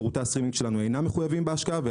שירותי הסטרימינג שלנו אינם מחויבים בהשקעה.